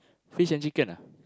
fish and chicken ah